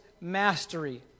mastery